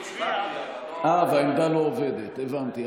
הצבעתי אבל לא, אה, והעמדה לא עובדת, הבנתי.